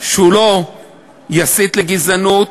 שהוא לא יסית לגזענות,